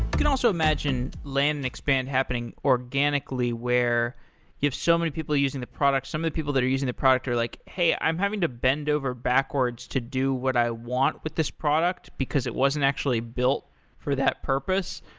can also imagine land and expand happening organically where if so many people are using the product, some of the people that are using the product are like, hey, i'm having to bend over backwards to do what i want with this product, because it wasn't actually built for that purpose.